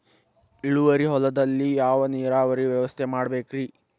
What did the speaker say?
ಇಳುವಾರಿ ಹೊಲದಲ್ಲಿ ಯಾವ ನೇರಾವರಿ ವ್ಯವಸ್ಥೆ ಮಾಡಬೇಕ್ ರೇ?